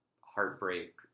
heartbreak